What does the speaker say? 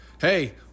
Hey